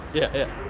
yeah, yeah.